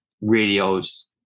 radios